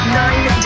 nine